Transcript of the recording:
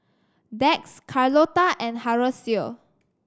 Dax Carlotta and Horacio